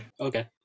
Okay